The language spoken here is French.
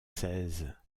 seize